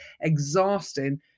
exhausting